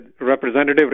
representative